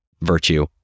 virtue